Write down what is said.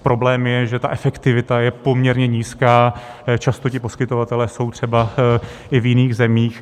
Problém je, že efektivita je poměrně nízká, často ti poskytovatelé jsou třeba i v jiných zemích.